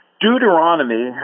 Deuteronomy